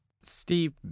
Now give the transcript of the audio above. Steve